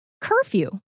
curfew